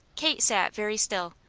kate sat very still,